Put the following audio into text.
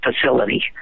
facility